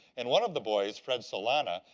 and one of the boys, fred solana,